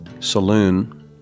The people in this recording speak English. Saloon